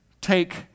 take